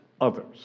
others